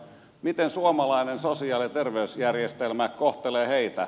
miten suomalainen sosiaali ja terveysjärjestelmä kohtelee heitä